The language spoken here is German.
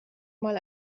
mal